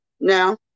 Now